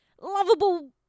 lovable